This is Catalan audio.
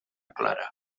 clara